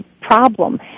problem